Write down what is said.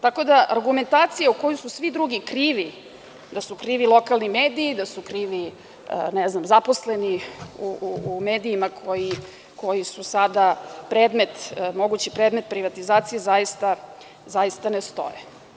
Tako da, argumentacija za koju su svi drugi krivi, da su krivi lokalni mediji, da su krivi, ne znam, zaposleni u medijima koji su sada mogući predmet privatizacije, zaista ne stoje.